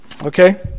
Okay